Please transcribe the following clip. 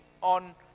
on